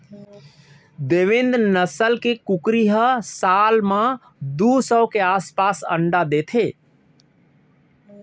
देवेन्द नसल के कुकरी ह साल म दू सौ के आसपास अंडा देथे